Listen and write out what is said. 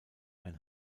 ein